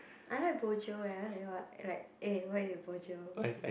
I like bojio eh like what like eh why you bojio